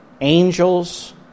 Angels